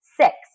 six